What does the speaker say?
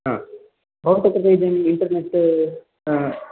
भवतः कृते यदि इन्टेर्नेट्